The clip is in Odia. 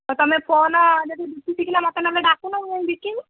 ତମେ ଫୋନ୍ ଯଦି ବିକି ଶିଖିନ ମୋତେ ନ ହେଲେ ଡାକୁନ ମୁଁ ବିକିବି